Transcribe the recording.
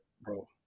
bro